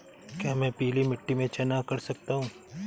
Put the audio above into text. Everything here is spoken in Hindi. क्या मैं पीली मिट्टी में चना कर सकता हूँ?